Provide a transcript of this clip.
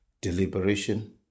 deliberation